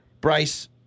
Bryce